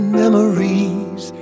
memories